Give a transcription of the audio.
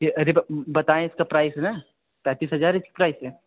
ये अरे बताएँ इसका प्राइस ना पैंतीस हज़ार इसक प्राइस है